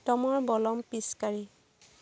প্ৰিতমৰ বলম পিচকাৰী